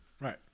Right